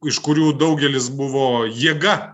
iš kurių daugelis buvo jėga